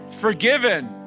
forgiven